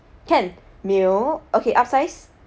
can meal okay upsize